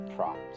Props